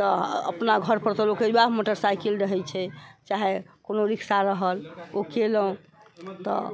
तऽ अपना घर पर तऽ लोक वएह मोटरसाइकिल रहै छै चाहे कोनो रिक्शा रहल ओ केलहुॅं तऽ